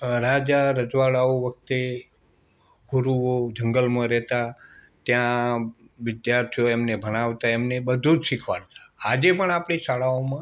રાજા રજવાડાઓ વખતે ગુરુઓ જંગલમાં રહેતા ત્યાં વિદ્યાર્થીઓ એમને ભણાવતા એમને બધું જ શીખવાડતા આજે પણ આપણી શાળાઓમાં